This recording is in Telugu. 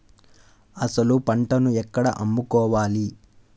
అసలు పంటను ఎక్కడ అమ్ముకోవాలి?